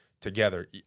together